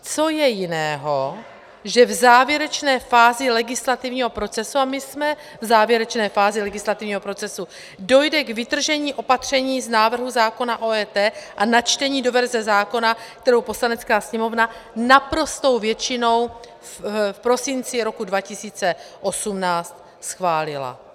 Co je jiného, že v závěrečné fázi legislativního procesu, a my jsme v závěrečné fázi legislativního procesu, dojde k vytržení opatření z návrhu zákona o EET a načtení do verze zákona, kterou Poslanecká sněmovna naprostou většinou v prosinci roku 2018 schválila?